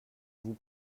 vous